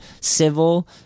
Civil